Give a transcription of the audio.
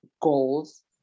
goals